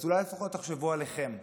אז אולי לפחות תחשבו עליכם,